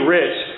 rich